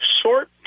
Short